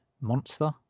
monster